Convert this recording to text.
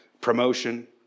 Promotion